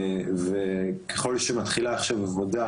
תודה.